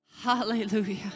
Hallelujah